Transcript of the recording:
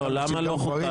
למה לא חוקה?